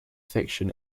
fiction